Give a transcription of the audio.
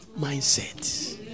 mindset